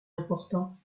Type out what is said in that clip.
important